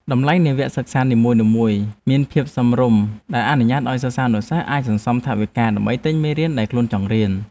តម្លៃនៃវគ្គសិក្សានីមួយៗមានភាពសមរម្យដែលអនុញ្ញាតឱ្យសិស្សានុសិស្សអាចសន្សំថវិកាដើម្បីទិញមេរៀនដែលខ្លួនចង់រៀន។